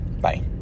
Bye